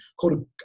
Called